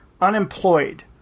unemployed